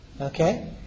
Okay